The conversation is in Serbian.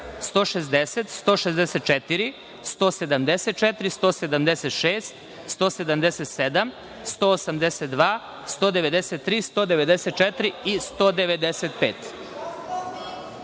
160, 164, 174, 176, 177, 182, 193, 194.